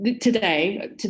today